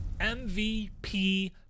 MVP